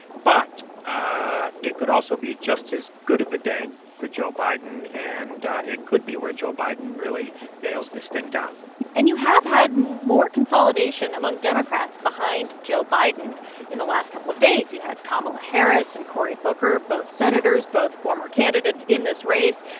but ah it could also be just as good of a day for joe biden, and it could be where joe biden really nails this thing down and you have had more consolidation among democrats behind joe biden in the last couple of days. you had kamala harris and cory booker, both senators, both former candidates in this race,